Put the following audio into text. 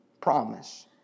promise